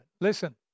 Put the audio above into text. Listen